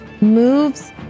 moves